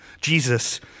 Jesus